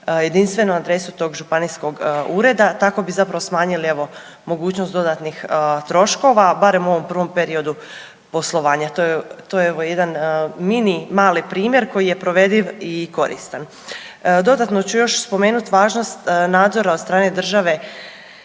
jedinstvenu adresu tog županijskog ureda. Tako bi zapravo smanjili evo mogućnost dodatnih troškova, barem u ovom prvom periodu poslovanja. To je evo jedan mini mali primjer koji je provediv i koristan. Dodatno ću još spomenut važnost nadzora od strane države